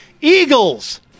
Eagles